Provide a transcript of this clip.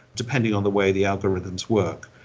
depending on the way the algorithms work.